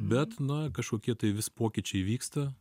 bet na kažkokie tai vis pokyčiai vyksta